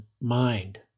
mind